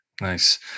nice